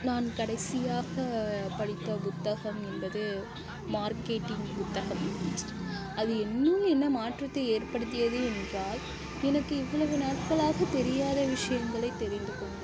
நான் கடைசியாக படித்த புத்தகம் என்பது மார்க்கெட்டிங் புத்தகம் அது என்னுள் என்ன மாற்றத்தை ஏற்படுத்தியது என்றால் எனக்கு இவ்வுளவு நாட்களாக தெரியாத விஷியங்களை தெரிந்துக்கொண்டேன்